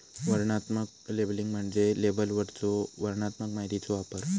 वर्णनात्मक लेबलिंग म्हणजे लेबलवरलो वर्णनात्मक माहितीचो वापर